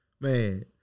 man